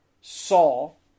Saul